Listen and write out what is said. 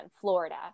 Florida